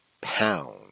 pound